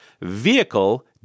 vehicle